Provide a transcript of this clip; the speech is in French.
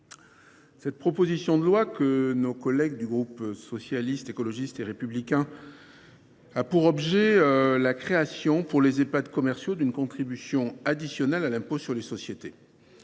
cette proposition de loi de nos collègues du groupe Socialiste, Écologiste et Républicain a pour objet la création, pour les Ehpad commerciaux, d’une contribution additionnelle à l’impôt sur les sociétés.